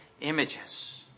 images